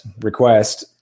request